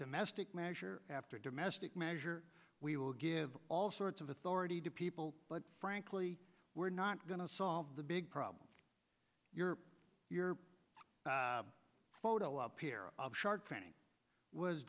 domestic measure after domestic measure we will give all sorts of authority to people but frankly we're not going to solve the big problem your your photo up here of shark finning was